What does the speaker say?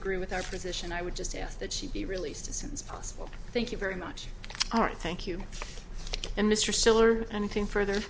agree with our position i would just ask that she be released as soon as possible thank you very much art thank you and mr stiller anything further